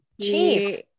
Chief